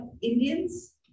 Indians